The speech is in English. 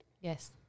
Yes